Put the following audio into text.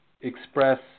express